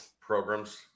Programs